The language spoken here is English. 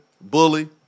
bully